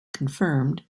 confirmed